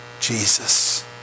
Jesus